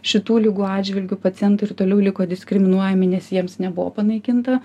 šitų ligų atžvilgiu pacientai ir toliau liko diskriminuojami nes jiems nebuvo panaikinta